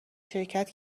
شرکت